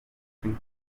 sing